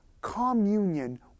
communion